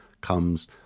comes